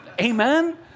Amen